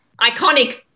iconic